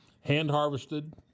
Hand-harvested